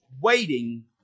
waiting